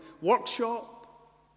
workshop